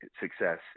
success